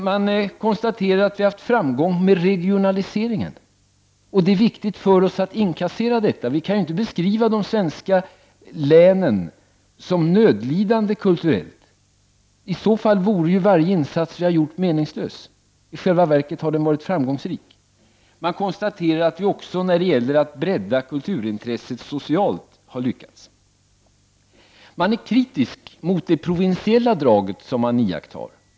Man konstaterar att vi har framgång med regionaliseringen, och det är viktigt för oss att inkassera detta. Vi kan ju inte beskriva de svenska länen som kulturellt nödlidande. I så fall vore varje insats vi har gjort meningslös. I själva verket har den varit framgångsrik. Man konstaterar att vi har lyckats också när det gäller att bredda kulturintresset socialt. Man är kritisk mot det provinsiella drag som man iakttar.